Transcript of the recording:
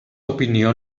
opinió